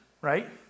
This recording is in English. Right